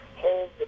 hold